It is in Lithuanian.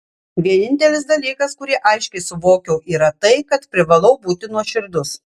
vienintelis dalykas kurį aiškiai suvokiau yra tai kad privalau būti nuoširdus